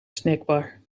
snackbar